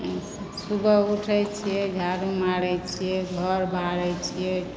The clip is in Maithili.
सुबह उठै छियै झाडू मारै छियै घर बहारै छियै